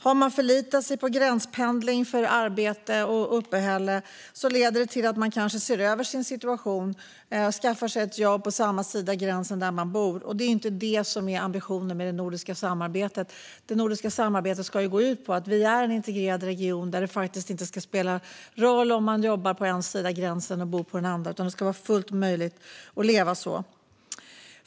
Har man förlitat sig på gränspendling för arbete och uppehälle leder det kanske till att man ser över sin situation och skaffar sig ett jobb på den sida av gränsen där man bor, och det är inte det som är ambitionen med det nordiska samarbetet. Det nordiska samarbetet ska gå ut på att vi är en integrerad region där det inte ska spela någon roll om man jobbar på den ena sidan av gränsen och bor på den andra. Det ska vara fullt möjligt att leva så.